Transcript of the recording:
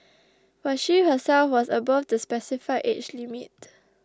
but she herself was above the specified age limit